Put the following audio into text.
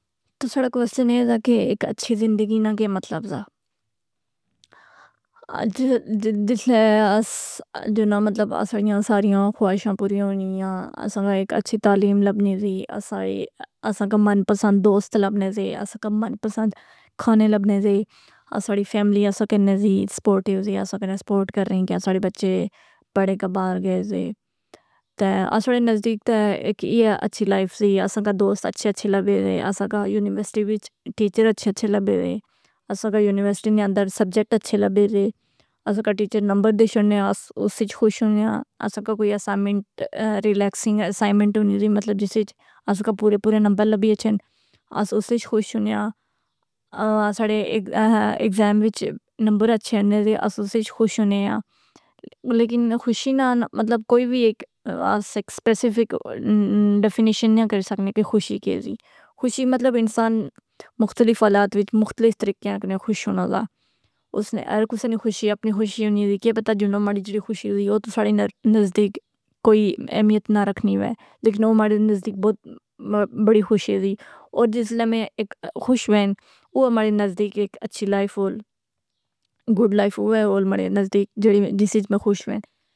تُساں نا کوسشن اے دا کہ ایک اچھی زندگی نا کے مطلب زہ۔ جیڑا نہ مطلب اساں نیاں ساریاں خواہشاں پوریاں ہونییاں۔ اساں کی ایک اچھی تعلیم لبنی زی۔ اساں کا من پسند دوست لبنے زے، اساں کا من پسند کھانے لبنے زے، اساڈی فیملی اسا کے نزدیک سپورٹو زی، اسا کنہ سپورٹ کرنے کہ اساڈی بچے بڑے کبار گئے زی۔ اساڈی نزدیک تے ایک ای اچھی لائف زی۔ اساں کا دوست اچھے اچھے لبے وے۔ اساں کا یونیورسٹی وچ ٹیچر اچھے اچھے لبے وے۔ اساں کا یونیورسٹی نے اندر سبجیکٹ اچھے لبے رے۔ اساں کا ٹیچر نمبر دے شوڑنے اس اس اچ خوش ہونیا۔ اساں کا کوئی اسائمنٹ ریلیکسنگ اسائمنٹ ہونی ری، مطلب جس اچ اساں کا پورے پورے نمبر لبی اچھن، اس اس اچ خوش ہونے آں۔ اساڑے ایک ایکزام وچ نمبر اچھے ہونے زے، اس اس اچ خوش ہونیاں۔ لیکن خوشی نا مطلب کوئی وی ایک سپیسیفک ڈیفینیشن نیا کری سکنے کہ خوشی کے زی۔ خوشی مطلب انسان مختلف حالات وچ مختلف طریقیاں کنے خوش ہونا دا۔ اس نے ہر کسی نی خوشی اپنی خوشی ہونی دی کہ پتہ جنہوں ماڑے جڑی خوشی ہوئی، وہ تو ساڈی نزدیک کوئی اہمیت نہ رکھنیوے، لیکن او ماڑے نزدیک بہت بڑی خوشی دی۔ او جس لے میں ایک خوش وین، او ماڑے نزدیک ایک اچھی لائف ہو، گوڈ لائف ہوئے وہ ماڑے نزدیک جس اچ میں خوش وین۔